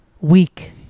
weak